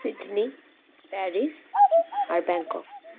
Sydney Paris আর Bangkok